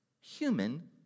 human